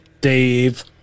Dave